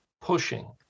pushing